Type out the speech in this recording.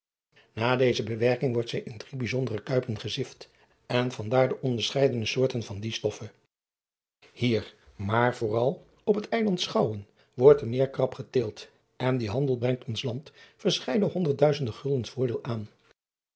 a deze bewerking wordt zij in drie bijzondere kuipen gezift en van daar de onderscheidene soorten van die stofse ier maar vooral op het eiland chouwen wordt de eekrap geteeld en die handel brengt ons land verscheiden honderdduizende guldens voordeel aan